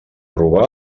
robar